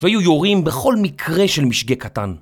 והיו יורים בכל מקרה של משגה קטן.